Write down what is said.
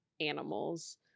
animals